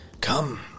Come